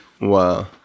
Wow